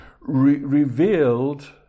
revealed